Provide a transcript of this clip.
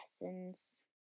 lessons